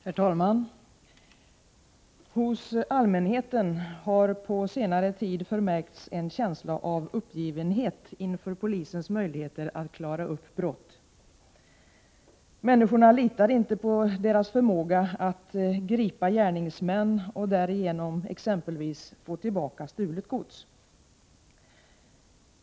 Herr talman! Hos allmänheten har på senare tid förmärkts en känsla av uppgivenhet inför polisens möjlighet att klara upp brott. Människorna litar inte på polisens förmåga att gripa gärningsmän, så att man därigenom kan få tillbaka exempelvis stulet gods.